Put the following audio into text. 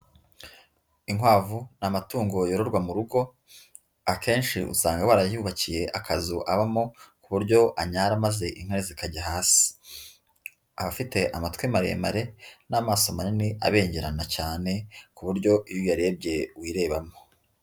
Inkwavu ni amatungo yororwa mu rugo, akenshi usanga barayubakiye akazu abamo ku buryo anyara maze inkari zikajya hasi, aba afite amatwi maremare n'amaso manini abengerana cyane ku buryo iyo uyarebye wirebamo.